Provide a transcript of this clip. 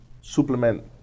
supplement